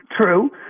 true